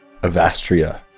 Avastria